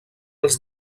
els